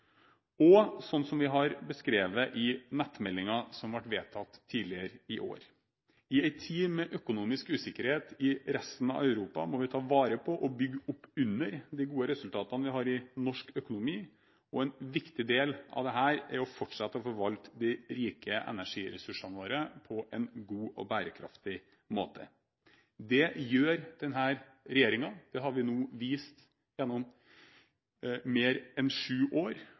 år. I en tid med økonomisk usikkerhet i resten av Europa må vi ta vare på og bygge opp under de gode resultatene vi har i norsk økonomi. En viktig del av dette er å fortsette å forvalte de rike energiressursene våre på en god og bærekraftig måte. Det gjør denne regjeringen. Det har vi nå vist gjennom mer enn sju år.